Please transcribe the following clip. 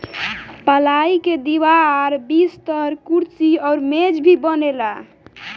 पलाई के दीवार, बिस्तर, कुर्सी अउरी मेज भी बनेला